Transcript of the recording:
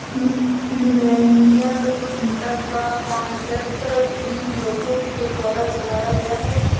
millennial उद्यमिता का concept भी लोगों के द्वारा चलाया गया है